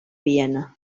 viena